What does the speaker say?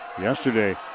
yesterday